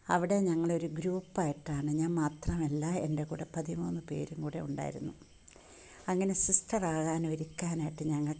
അവിടെ ഞങ്ങൾ ഒരു ഗ്രൂപ്പായിട്ടാണ് ഞാൻ മാത്രമല്ല എൻ്റെ കൂടെ പതിമൂന്ന് പേരും കൂടെ ഉണ്ടായിരുന്നു അങ്ങനെ സിസ്റ്ററാകാൻ ഒരുക്കാനായിട്ട് ഞങ്ങൾക്ക്